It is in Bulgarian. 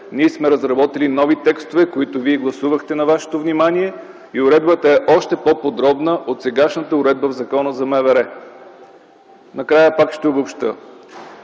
ние сме разработили нови текстове, които вие гласувахте и уредбата е още по-подробна от сегашната в Закона за МВР. Накрая пак ще обобщя: